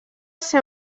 ser